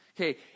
Okay